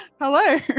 hello